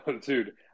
dude